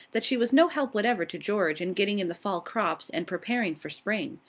that she was no help whatever to george in getting in the fall crops and preparing for spring.